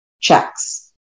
checks